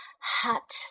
hot